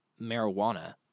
marijuana